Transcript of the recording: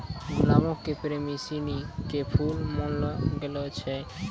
गुलाबो के प्रेमी सिनी के फुल मानलो गेलो छै